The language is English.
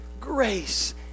grace